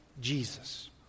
Jesus